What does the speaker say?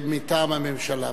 מטעם הממשלה.